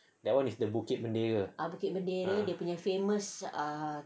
that [one] is the bukit bendera